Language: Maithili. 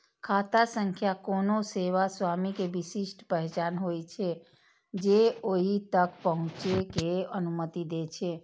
खाता संख्या कोनो सेवा स्वामी के विशिष्ट पहचान होइ छै, जे ओइ तक पहुंचै के अनुमति दै छै